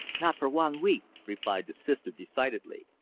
not for wan week, replied the sister decidedly.